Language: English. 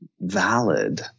valid